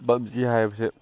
ꯄꯞꯖꯤ ꯍꯥꯏꯕꯁꯦ